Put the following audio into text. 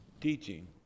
teaching